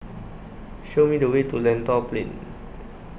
Show Me The Way to Lentor Plain